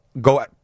go